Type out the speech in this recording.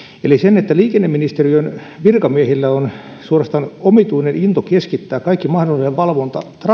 eli sen että liikenneministeriön virkamiehillä on suorastaan omituinen into keskittää kaikki mahdollinen valvonta